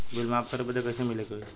Bill माफ करे बदी कैसे मिले के होई?